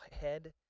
head